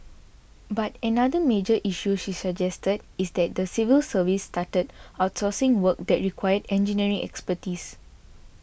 but another major issue she suggests is that the civil service started outsourcing work that required engineering expertise